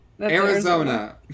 arizona